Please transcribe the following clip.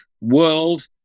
world